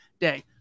day